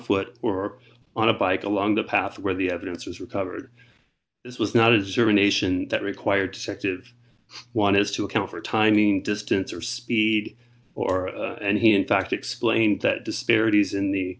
foot or on a bike along the path where the evidence was recovered this was not observe a nation that required sect of one has to account for timing distance or speed or and he in fact explained that disparities in the